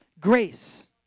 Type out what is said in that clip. Grace